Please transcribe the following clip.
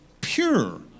pure